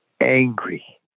angry